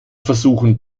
versuchen